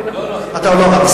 לא, לא, אתה עוד לא רב.